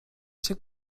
się